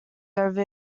over